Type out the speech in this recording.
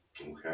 Okay